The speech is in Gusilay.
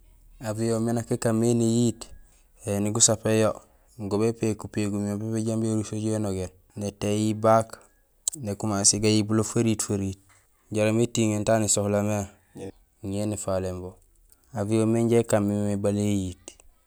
Avion miin nak ékaan mé néyiit: éni gasapéné yo, go bépéék upégum yo pépé jambi éruus éju énogéén, nétéy baak nékumasé gayibulo feriit feriit jaraam étiŋéén taan ésola mé ñé néfaléén bo; avion mé inja ékaan mémé bala éyiit.